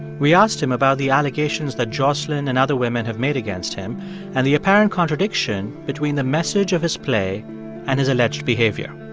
we asked him about the allegations that jocelyn and other women have made against him and the apparent contradiction between the message of his play and his alleged behavior.